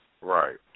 Right